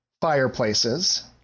fireplaces